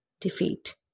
defeat